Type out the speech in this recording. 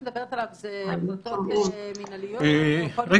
מדברת עליו אלו החלטות מינהליות --- רגע,